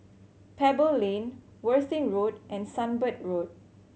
Pebble Lane Worthing Road and Sunbird Road